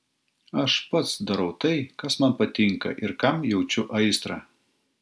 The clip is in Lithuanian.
aš pats darau tai kas man patinka ir kam jaučiu aistrą